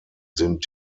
sind